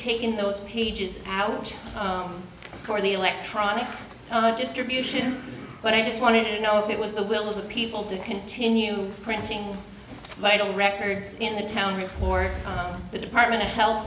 taken those pages out for the electronic distribution but i just wanted to know if it was the will of the people to continue printing vital records in the town or the department of health